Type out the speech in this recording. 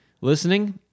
listening